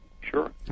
Sure